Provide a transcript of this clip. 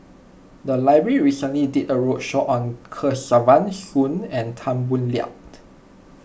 the library recently did a roadshow on Kesavan Soon and Tan Boo Liat